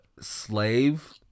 slave